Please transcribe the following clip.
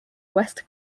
west